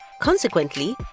Consequently